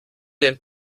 dem